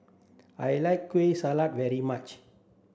I like Kueh Salat very much